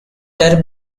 their